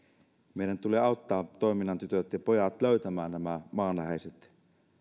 meidän tulee auttaa toiminnan tytöt ja pojat löytämään nämä maanläheiset